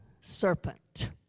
serpent